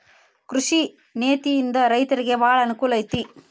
ಕೃಷಿ ನೇತಿಯಿಂದ ರೈತರಿಗೆ ಬಾಳ ಅನಕೂಲ ಐತಿ